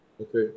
Okay